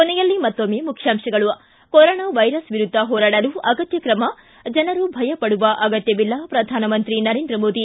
ಕೊನೆಯಲ್ಲಿ ಮತ್ತೊಮ್ಮೆ ಮುಖ್ಯಾಂಶಗಳು ು ಕೋರೊನಾ ವೈರಸ್ ವಿರುದ್ಧ ಹೋರಾಡಲು ಅಗತ್ಯ ಕ್ರಮ ಜನರು ಭಯ ಪಡುವ ಅಗತ್ಯವಿಲ್ಲ ಪ್ರಧಾನಮಂತ್ರಿ ನರೇಂದ್ರ ಮೋದಿ